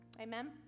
Amen